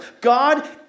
God